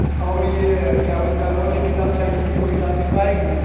اور یہ کیا بولتے ہیں اور ایک کتاب چاہیے تھی وہ کتاب مل پائے گی